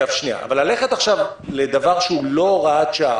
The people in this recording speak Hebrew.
ללכת עכשיו לדבר שהוא לא הוראת שעה,